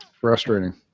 Frustrating